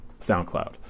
soundcloud